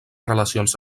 relacions